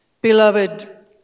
Beloved